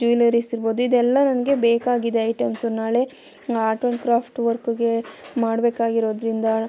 jewelleries ಇರ್ಬೋದು ಇದೆಲ್ಲ ನನಗೆ ಬೇಕಾಗಿದೆ ಐಟೆಮ್ಸು ನಾಳೆ ಆಟೋ ಕ್ರಾಫ್ಟ್ ವರ್ಕ್ಗೆ ಮಾಡಬೇಕಾಗಿರೋದ್ರಿಂದ